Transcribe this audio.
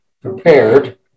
prepared